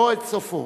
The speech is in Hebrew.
לא את סופו.